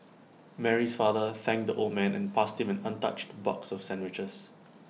Mary's father thanked the old man and passed him an untouched box of sandwiches